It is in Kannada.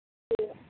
ಹ್ಞೂ